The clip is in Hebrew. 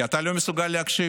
כי אתה לא מסוגל להקשיב.